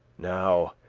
now,